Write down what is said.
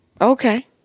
Okay